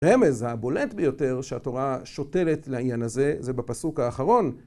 הרמז הבולט ביותר שהתורה שותלת לעניין הזה זה בפסוק האחרון.